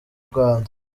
rwanda